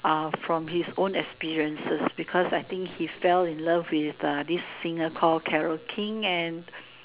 uh from his own experiences because I think he fell in love with uh this singer call Carole King and